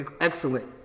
excellent